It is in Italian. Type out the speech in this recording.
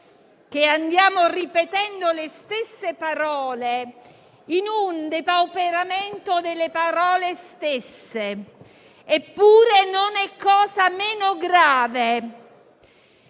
che ripetiamo le stesse parole in un depauperamento delle parole stesse. Eppure, non è cosa meno grave.